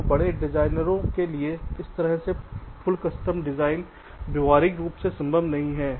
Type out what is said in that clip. तो बड़े डिजाइनों के लिए इस तरह के पूर्ण कस्टम डिजाइन व्यावहारिक रूप से संभव नहीं है